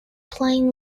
plain